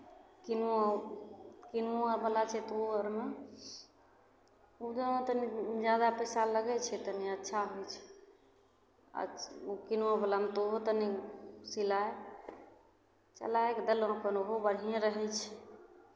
किनुओ किनुओवला छै तऽ ओ अरमे मे तनि जादा पैसा लगै छै तनि अच्छा होइ छै किनुओवलामे तऽ ओहो तनि सिलाइ चलाय कऽ देलहुँ कोनो ओहो बढ़िएँ रहै छै